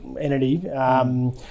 entity